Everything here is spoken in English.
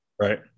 right